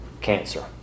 cancer